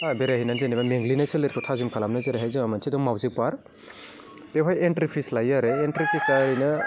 हो बेरायनानै जेनबा मेंग्लिनाय सोलेरखौ थाजिम खालामनो जेरैहाय जाहा मोनसे दं मावजि पार्क बेवहाय एन्ट्रि फिस लायो आरो एन्ट्रि फिसआ ओरैनो